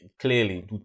clearly